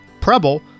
Preble